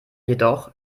jedoch